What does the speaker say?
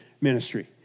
ministry